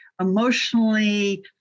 emotionally